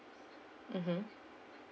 mmhmm